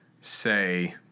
say